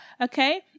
okay